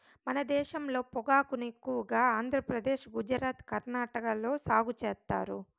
మన దేశంలో పొగాకును ఎక్కువగా ఆంధ్రప్రదేశ్, గుజరాత్, కర్ణాటక లో సాగు చేత్తారు